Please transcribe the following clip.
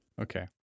Okay